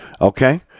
Okay